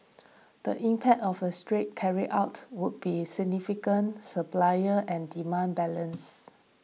the impact of a threat carried out would be significant supplier and demand balance